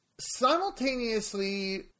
Simultaneously